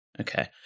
Okay